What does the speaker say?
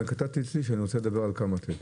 אז כתבתי אצלי שאני רוצה לדבר על 'Kamatech'.